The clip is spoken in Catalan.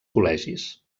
col·legis